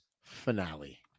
finale